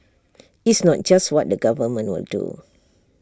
it's not just what the government will do